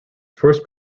first